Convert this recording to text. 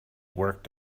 work